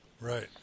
right